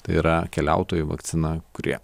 tai yra keliautojų vakcina kurie